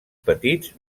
petits